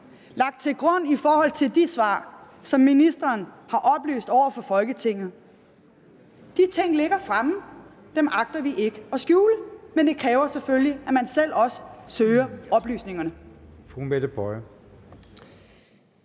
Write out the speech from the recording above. lagt til grund i forhold til de svar, som ministeren har oplyst over for Folketinget. De ting ligger fremme, og dem agter vi ikke at skjule, men det kræver selvfølgelig, at man selv også søger oplysningerne.